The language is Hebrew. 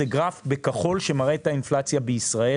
הגרף בכחול מראה את האינפלציה בישראל.